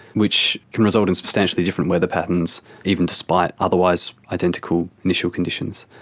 which can result in substantially different weather patterns, even despite otherwise identical initial conditions.